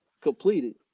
completed